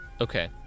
Okay